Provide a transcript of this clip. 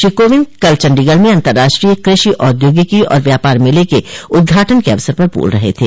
श्री कोविंद कल चंडीगढ़ में अंतर्राष्ट्रीय कृषि प्रौद्योगिकी और व्यापार मेले के उद्घाटन के अवसर पर बोल रहे थे